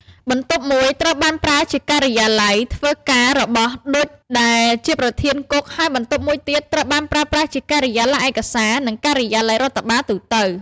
បន្ទប់មួយត្រូវបានប្រើ ជាការិយាល័យ ធ្វើការរបស់ ឌុច ដែលជាប្រធានគុក ហើយបន្ទប់មួយទៀតត្រូវបានប្រើប្រាស់ជាការិយាល័យឯកសារ និងការិយាល័យរដ្ឋបាលទូទៅ ។